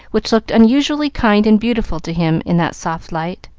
which looked unusually kind and beautiful to him in that soft light.